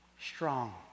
strong